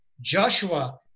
Joshua